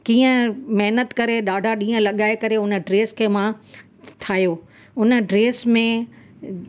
कीअं महिनत करे ॾाढा ॾींहं लॻाए करे उन ड्रेस खे मां ठाहियो उन ड्रेस में